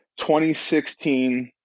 2016